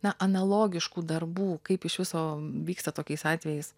na analogiškų darbų kaip iš viso vyksta tokiais atvejais